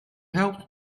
helped